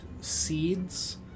seeds